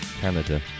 Canada